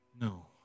No